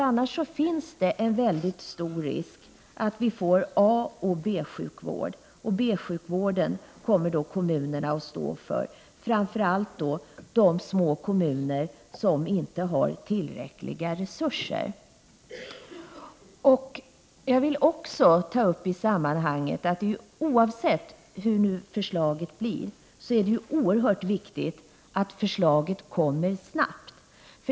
Annars finns det en stor risk att vi får A och B-sjukvård — och B-sjukvården kommer kommunerna då att stå för. Framför allt gäller detta de små kommuner som inte har tillräckliga resurser. Jag vill också ta upp i sammanhanget att oavsett hur förslaget blir är det oerhört viktigt att förslaget kommer snabbt.